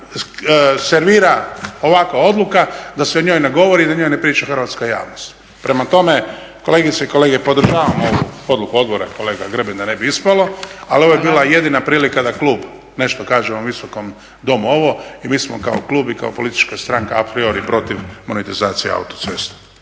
servira ovakva odluka da se o njoj ne govori i da o njoj ne priča hrvatska javnost. Prema tome, kolegice i kolege podržavamo ovu odluku odbora, kolega Grbin da ne bi ispalo, ali ovo je bila jedina prilika da klub nešto kaže u ovom Visokom domu o ovom i mi smo kao klub i kao politička stranka a priori protiv monetizacije autocesta.